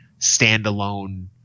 standalone